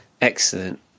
excellent